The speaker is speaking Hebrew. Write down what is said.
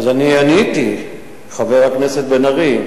אז אני עניתי, חבר הכנסת בן-ארי.